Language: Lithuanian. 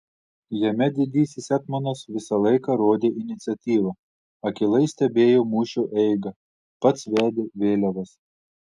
jame didysis etmonas visą laiką rodė iniciatyvą akylai stebėjo mūšio eigą pats vedė vėliavas